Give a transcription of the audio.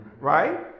Right